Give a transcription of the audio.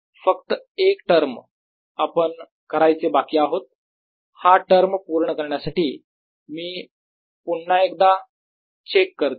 आता फक्त एक टर्म आपण करायचे बाकी आहोत हा टर्म पूर्ण करण्यासाठी मी पुन्हा एकदा चेक करतो